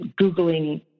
Googling